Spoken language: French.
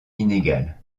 inégale